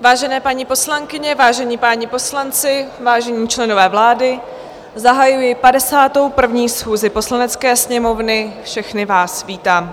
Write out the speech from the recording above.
Vážené paní poslankyně, vážení páni poslanci, vážení členové vlády, zahajuji 51. schůzi Poslanecké sněmovny, všechny vás vítám.